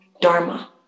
Dharma